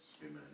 Amen